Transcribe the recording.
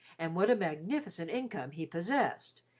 and what a magnificent income he possessed,